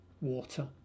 water